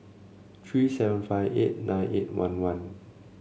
three seven five eight nine eight one one